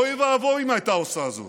אוי ואבוי אם היא הייתה עושה זאת,